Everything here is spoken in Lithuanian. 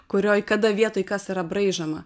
kurioj kada vietoj kas yra braižoma